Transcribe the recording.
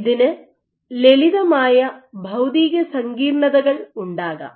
ഇതിന് ലളിതമായ ഭൌതിക സങ്കീർണതകൾ ഉണ്ടാകാം